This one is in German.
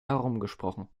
herumgesprochen